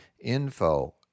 info